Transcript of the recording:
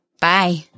Bye